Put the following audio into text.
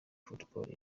football